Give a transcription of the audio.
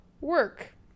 work